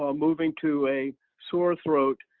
um moving to a sore throat,